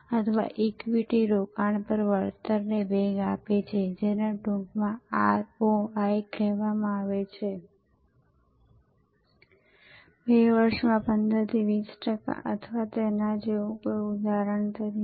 જ્યારે આ ચોક્કસ સેન્સેસ લેવામાં આવી હતી આ ચોક્કસ અભ્યાસ કરવામાં આવ્યો હતો તેમની પાસે લગભગ 175 200 હજાર ગ્રાહકો હતા જેનો અર્થ થાય છે 2 દ્વારા ગુણાકાર કરવામાં આવે છે